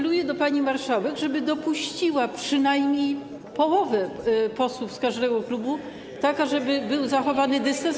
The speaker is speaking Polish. Apeluję do pani marszałek, żeby dopuściła przynajmniej połowę posłów z każdego klubu, tak żeby był zachowany dystans.